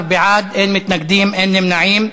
15 בעד, אין מתנגדים, אין נמנעים.